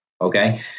Okay